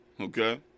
okay